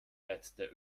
letzte